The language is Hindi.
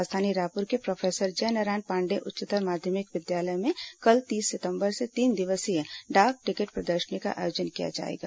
राजधानी रायपुर के प्रोफेसर जयनारायण पाण्डेय उच्चतर माध्यमिक विद्यालय में कल तीस सितंबर से तीन दिवसीय डाक टिकट प्रदर्शनी का आयोजन किया जाएगा